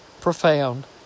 profound